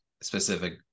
specific